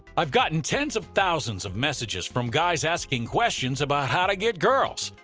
i've gotten tens of thousands of messages from guys asking questions about how to get girls.